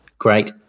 Great